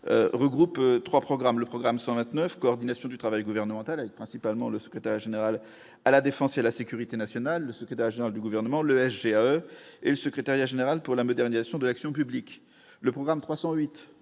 regroupe 3 programmes le programme 129 coordination du travail gouvernemental, principalement le secrétaire général à la défense et la sécurité nationale, c'était d'agir du gouvernement le SGE et le secrétariat général pour la modernisation de l'action publique, le programme 308